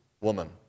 woman